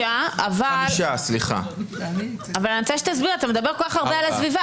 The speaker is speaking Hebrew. אבל אני רוצה שתסביר לי: אתה מדבר כל כך הרבה על הסביבה,